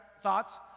thoughts